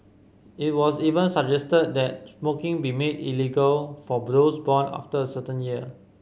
it was even suggested that smoking be made illegal for born after a certain year